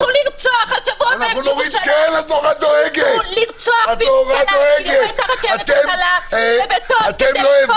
ניסו לרצוח השבוע בירושלים ילד ברכבת הקלה ---.